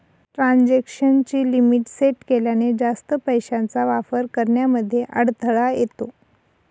transaction ची limit set केल्याने, जास्त पैशांचा वापर करण्यामध्ये अडथळा येतो